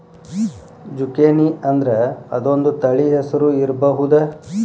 ಜುಕೇನಿಅಂದ್ರ ಅದೊಂದ ತಳಿ ಹೆಸರು ಇರ್ಬಹುದ